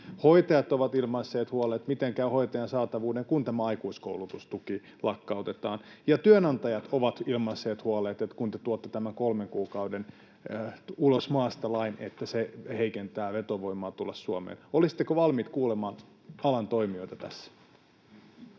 Hoitajat ovat ilmaisseet huolensa, miten käy hoitajien saatavuuden, kun tämä aikuiskoulutustuki lakkautetaan. Ja työnantajat ovat ilmaisseet huolensa, että kun te tuotte tämän kolmen kuukauden jälkeen ulos maasta ‑lain, niin se heikentää vetovoimaa tulla Suomeen. Olisitteko valmiit kuulemaan alan toimijoita tässä?